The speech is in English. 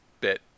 bit